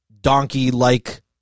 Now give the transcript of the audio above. donkey-like